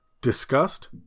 Disgust